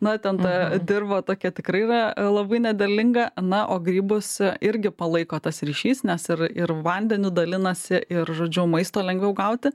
na ten ta dirva tokia tikrai yra labai nederlinga na o grybus irgi palaiko tas ryšys nes ir ir vandeniu dalinasi ir žodžiu maisto lengviau gauti